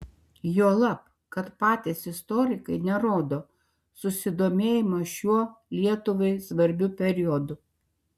juolab kad patys istorikai nerodo susidomėjimo šiuo lietuvai svarbiu periodu